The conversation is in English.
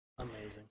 Amazing